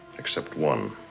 except one.